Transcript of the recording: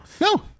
No